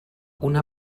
una